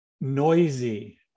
noisy